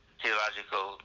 theological